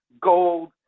gold